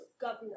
governor